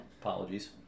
Apologies